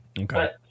okay